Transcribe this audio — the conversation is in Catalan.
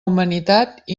humanitat